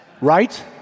right